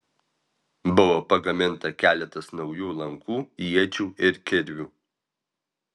buvo pagaminta keletas naujų lankų iečių ir kirvių